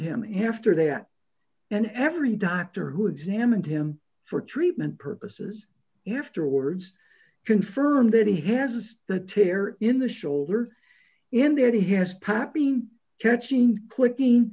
and after that and every doctor who examined him for treatment purposes afterwards confirmed that he has the terror in the shoulder in that he has pap being catching clicking